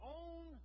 own